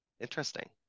Interesting